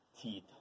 Teeth